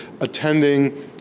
attending